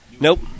Nope